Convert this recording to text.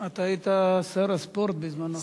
אתה היית שר הספורט בזמנו.